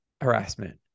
harassment